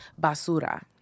basura